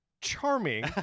charming